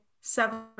seven